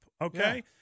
Okay